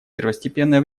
первостепенное